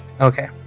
Okay